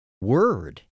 word